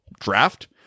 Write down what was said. draft